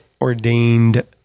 ordained